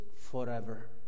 forever